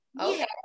Okay